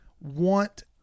want